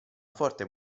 forte